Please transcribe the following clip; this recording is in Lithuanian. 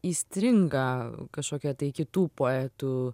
įstringa kažkokie tai kitų poetų